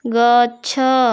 ଗଛ